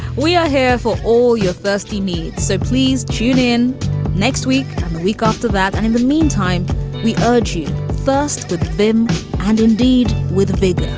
we are here for all your thirsty needs so please tune in next week the week after that. and in the meantime we urge you first with them and indeed with a big hit.